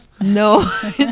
No